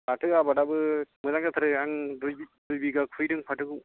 फाथो आबादाबो मोजां जाथारो आं दुइ बिघा खुबैदों फाथोखौ